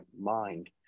mind